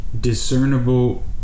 discernible